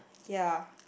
ya